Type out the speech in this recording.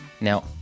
Now